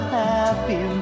happy